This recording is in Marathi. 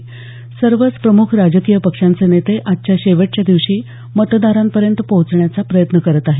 त्यामुळे सर्वच प्रमुख राजकीय पक्षांचे नेते आजच्या शेवटच्या दिवशी मतदारांपर्यंत पोहचण्याचा प्रयत्न करत आहेत